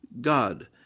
God